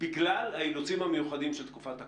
בגלל האילוצים המיוחדים של תקופת הקורונה.